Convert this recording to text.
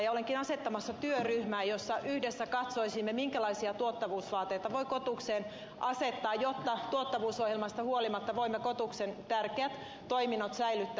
olenkin asettamassa työryhmää jossa yhdessä katsoisimme minkälaisia tuottavuusvaateita voi kotukselle asettaa jotta tuottavuusohjelmasta huolimatta voimme kotuksen tärkeät toiminnot säilyttää